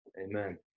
Amen